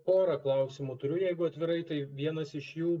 porą klausimų turiu jeigu atvirai tai vienas iš jų